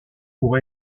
pour